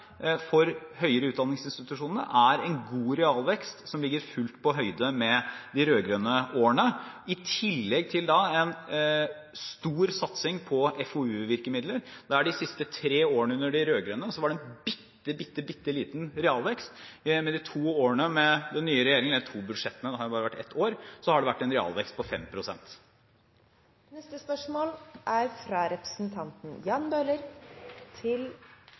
for de høyere utdanningsinstitusjonene er en god realvekst som ligger fullt på høyde med de rød-grønne årene, i tillegg til en stor satsing på FoU-virkemidler. De siste tre årene under de rød-grønne var det en bitte liten realvekst. Etter de to årene med den nye regjeringen – eller de to budsjettene, for det har jo bare vært ny regjering i ett år – har det vært en realvekst på 5 pst. Neste spørsmål er